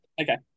Okay